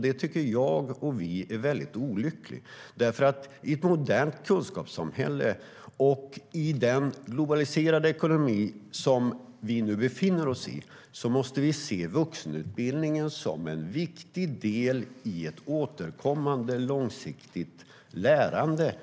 Det tycker jag och vi är olyckligt.I ett modernt kunskapssamhälle och i den globaliserade ekonomi som vi nu befinner oss i måste vi se vuxenutbildningen som en viktig del i ett återkommande långsiktigt lärande